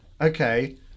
Okay